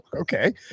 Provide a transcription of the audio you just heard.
okay